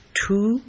two